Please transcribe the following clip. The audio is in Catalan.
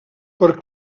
per